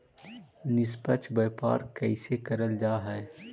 निष्पक्ष व्यापार कइसे करल जा हई